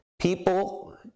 people